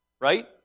Right